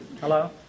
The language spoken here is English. Hello